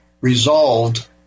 resolved